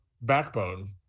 backbone